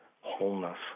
wholeness